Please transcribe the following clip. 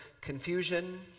confusion